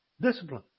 discipline